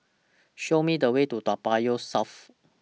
Show Me The Way to Toa Payoh South